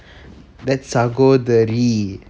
that சகோதரி:sakothari